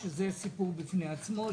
שזה סיפור בפני עצמו.